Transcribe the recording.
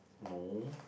no